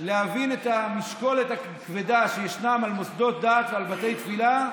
להבין את המשקולת הכבדה שישנה על מוסדות דת ועל בתי תפילה,